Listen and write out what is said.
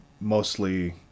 mostly